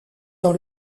dans